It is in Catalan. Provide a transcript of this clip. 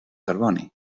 carboni